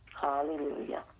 Hallelujah